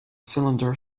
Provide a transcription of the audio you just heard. cylinder